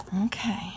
okay